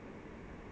(uh huh)